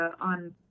on